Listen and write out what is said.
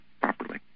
properly